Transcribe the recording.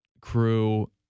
crew